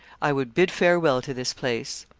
i would bid farewell to this place.